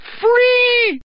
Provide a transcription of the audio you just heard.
free